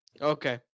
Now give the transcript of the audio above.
Okay